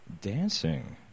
Dancing